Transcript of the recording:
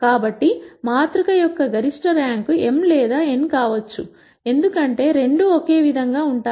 కాబట్టి మాతృక యొక్క గరిష్ట ర్యాంక్ m లేదా n కావచ్చు ఎందుకంటే రెండూ ఒకే విధంగా ఉంటాయి